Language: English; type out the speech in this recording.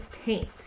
paint